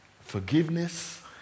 forgiveness